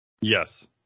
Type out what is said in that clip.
Yes